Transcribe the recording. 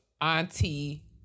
auntie